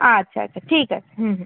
আচ্ছা আচ্ছা ঠিক আছে হুম হুম